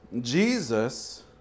Jesus